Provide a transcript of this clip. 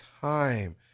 time